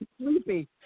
sleepy